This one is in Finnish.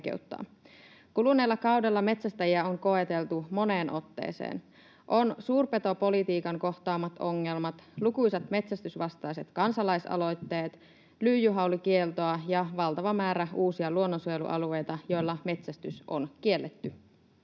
Kuluneella kaudella metsästäjiä on koeteltu moneen otteeseen. On suurpetopolitiikan kohtaamat ongelmat, lukuisat metsästysvastaiset kansalaisaloitteet, lyijyhaulikieltoa ja valtava määrä uusia luonnonsuojelualueita, joilla metsästys on kielletty